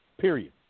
period